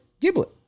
Giblet